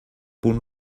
punt